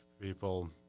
people